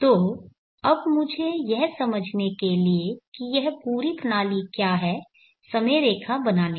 तो अब मुझे यह समझने के लिए कि यह पूरी प्रणाली क्या है समय रेखा बनाने दे